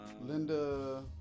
Linda